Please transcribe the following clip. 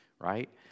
right